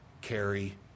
carry